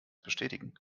bestätigen